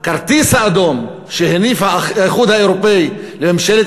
הכרטיס האדום שהניף האיחוד האירופי לממשלת